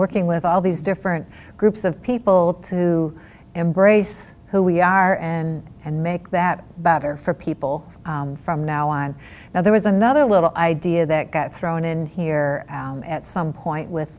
working with all these different groups of people to embrace who we are and and make that better for people from now on now there was another little idea that got thrown in here at some point with